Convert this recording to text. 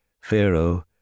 Pharaoh